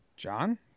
John